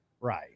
Right